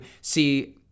see